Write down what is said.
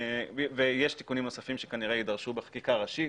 ויש תיקונים נוספים שכנראה יידרשו בחקיקה הראשית.